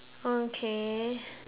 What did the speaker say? okay